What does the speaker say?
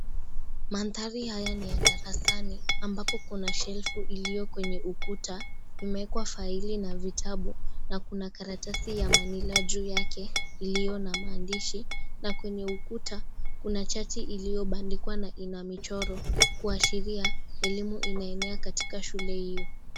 Mandhari haya ni ya darasani ambapo kuna shelfu ilio kwenye ukuta imewekwa faili na vitabu na kuna karatasi ya manila juu yake iliyo na maandishi na kwenye ukuta kuna chati iliyo bandikwa na ina michoro kuashiria elimu inaenea katika shule hiyo.